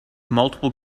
multiple